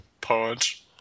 Punch